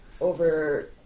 over